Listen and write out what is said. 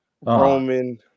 Roman